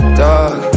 dog